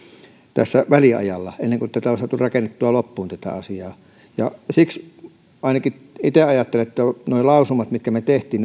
tässä väliajalla ennen kuin tämä asia on saatu rakennettua loppuun siksi ainakin itse ajattelen että olisi hirmu tärkeää että nuo lausumat mitkä me teimme